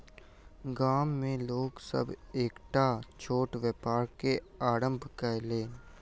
गाम में लोक सभ एकटा छोट व्यापार के आरम्भ कयलैन